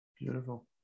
beautiful